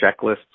checklists